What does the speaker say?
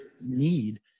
need